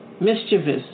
mischievous